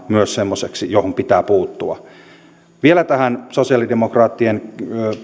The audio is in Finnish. myös semmoiseksi johon pitää puuttua vielä tähän sosialidemokraattien